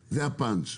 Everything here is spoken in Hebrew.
זה הפאנץ'.